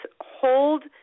hold